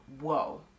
whoa